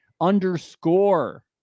underscore